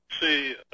See